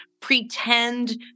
pretend